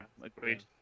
agreed